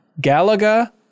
Galaga